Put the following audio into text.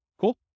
Cool